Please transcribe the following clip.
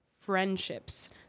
friendships